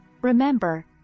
remember